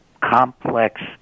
complex